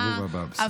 בסיבוב הבא, בסדר.